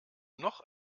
noch